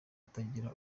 atagira